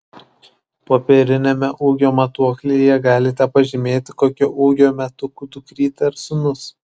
popieriniame ūgio matuoklyje galite pažymėti kokio ūgio metukų dukrytė ar sūnus